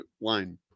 line